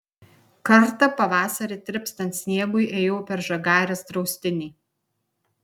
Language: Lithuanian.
kartą pavasarį tirpstant sniegui ėjau per žagarės draustinį